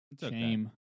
shame